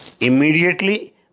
Immediately